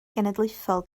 genedlaethol